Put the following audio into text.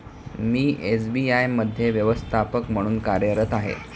मी SBI मध्ये व्यवस्थापक म्हणून कार्यरत आहे